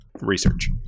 research